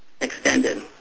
extended